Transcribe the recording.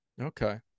okay